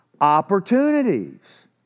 opportunities